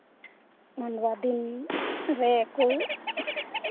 ᱢᱟᱸᱰᱣᱟ ᱫᱤᱱ ᱨᱮᱠᱚ